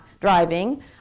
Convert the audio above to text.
driving